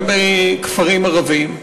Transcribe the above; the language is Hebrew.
גם בכפרים ערביים.